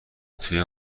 توی